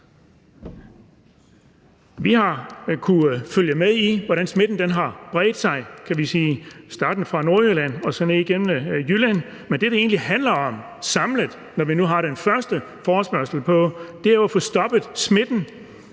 Vi har kunnet følge med i, hvordan smitten har bredt sig. Det startede i Nordjylland og gik så ned igennem Jylland, men det, det egentlig samlet handler om i forbindelse med den første forespørgsel, er at få stoppet smitten,